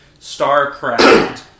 Starcraft